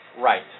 Right